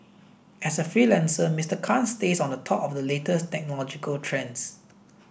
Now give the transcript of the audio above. as a freelancer Mister Khan stays on top of the latest technological trends